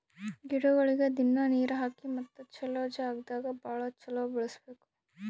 ಗಿಡಗೊಳಿಗ್ ದಿನ್ನಾ ನೀರ್ ಹಾಕಿ ಮತ್ತ ಚಲೋ ಜಾಗ್ ದಾಗ್ ಭಾಳ ಚಲೋ ಬೆಳಸಬೇಕು